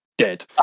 Dead